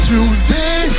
Tuesday